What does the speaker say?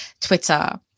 Twitter